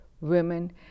women